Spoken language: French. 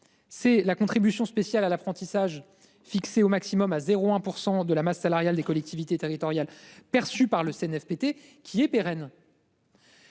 C'est la contribution spéciale à l'apprentissage fixé au maximum à 0 1 % de la masse salariale des collectivités territoriales perçue par le Cnfpt qui est pérenne.--